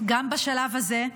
גם בשלב הזה,